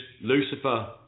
Lucifer